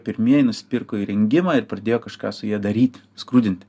pirmieji nusipirko įrengimą ir pradėjo kažką su ja daryti skrudinti